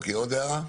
עוד הערות?